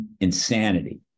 insanity